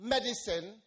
Medicine